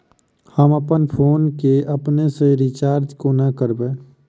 हम अप्पन फोन केँ अपने सँ रिचार्ज कोना करबै?